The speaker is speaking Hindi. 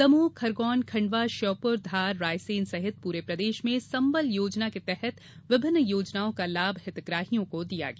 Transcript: दमोहखरगोन खंडवा श्योपुर धार रायसेन सहित पूरे प्रदेश मे संबल योजना के तहत विभिन्न योजनाओं का लाभ हितग्राहियों को दिया गया